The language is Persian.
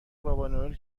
بابانوئل